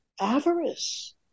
avarice